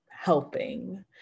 helping